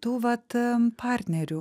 tų vat partnerių